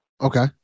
Okay